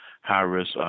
high-risk